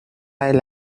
tay